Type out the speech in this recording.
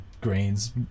grains